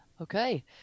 Okay